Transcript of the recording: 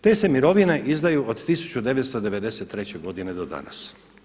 Te se mirovine izdaju od 1992. godine do danas.